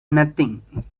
nothing